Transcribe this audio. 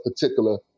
particular